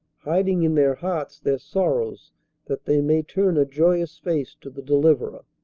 hiding in their hearts their sorrows that they may turn a joyous face to the deliverer.